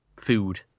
food